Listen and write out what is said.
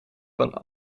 van